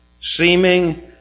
seeming